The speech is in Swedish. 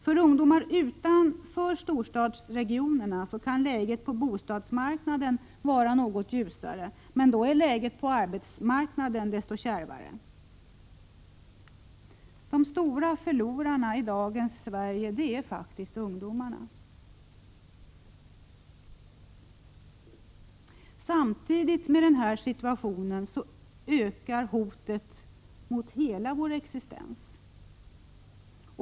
För ungdomar utanför storstadsregionerna kan läget på bostadsmarknaden vara något ljusare, men då är läget på arbetsmarknaden desto kärvare. De stora förlorarna i dagens Sverige är faktiskt ungdomarna! Samtidigt med denna situation ökar hotet mot hela vår existens.